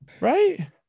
right